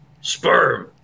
sperm